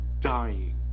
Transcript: dying